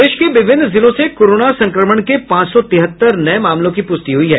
प्रदेश के विभिन्न जिलों से कोरोना संक्रमण के पांच सौ तिहत्तर नये मामलों की पुष्टि हुई है